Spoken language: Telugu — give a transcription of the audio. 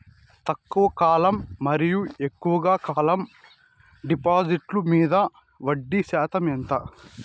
తక్కువ కాలం మరియు ఎక్కువగా కాలం డిపాజిట్లు మీద వడ్డీ శాతం ఎంత?